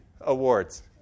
awards